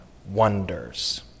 wonders